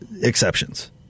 exceptions